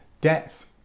debts